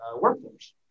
workforce